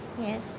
Yes